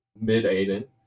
mid-Aiden